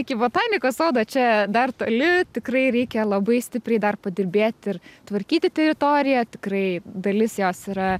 iki botanikos sodo čia dar toli tikrai reikia labai stipriai dar padirbėt ir tvarkyti teritoriją tikrai dalis jos yra